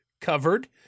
covered